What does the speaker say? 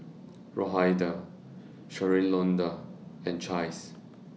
Rhoda Shalonda and Chace